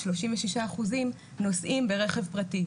36% נוסעים ברכב פרטי.